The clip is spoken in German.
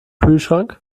kühlschrank